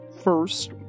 first